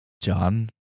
john